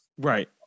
right